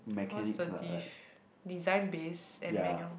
what's the diff~ design base and manual